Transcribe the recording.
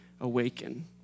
awaken